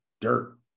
dirt